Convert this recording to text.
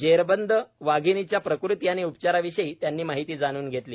जेरबंद वाघीणीच्या प्रकृती आणि उपचाराविषयी त्यांनी माहिती जाणून घेतली